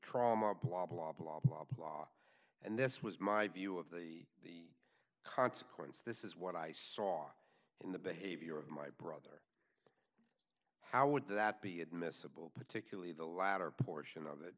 trauma blah blah blah blah blah and this was my view of the consequence this is what i saw in the behavior of my brother how would that be admissible particularly the latter portion of